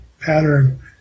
pattern